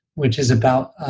which is about ah